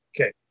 okay